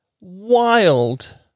wild